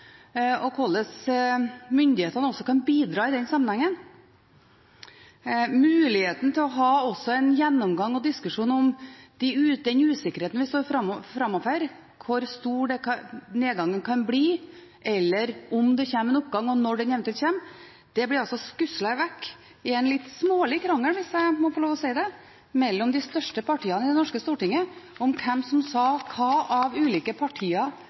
om hvordan myndighetene kan bidra i den sammenhengen, muligheten til også å ha en gjennomgang av og en diskusjon om den usikkerheten vi står foran, hvor stor nedgangen kan bli, eller om det kommer en oppgang, og når den eventuelt kommer – ble altså skuslet vekk i en litt smålig krangel, om jeg kan få lov til å si det, mellom de største partiene i Stortinget, om hvem som sa hva av ulike partier